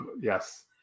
Yes